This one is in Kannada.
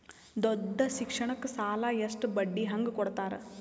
ದೊಡ್ಡ ಶಿಕ್ಷಣಕ್ಕ ಸಾಲ ಎಷ್ಟ ಬಡ್ಡಿ ಹಂಗ ಕೊಡ್ತಾರ?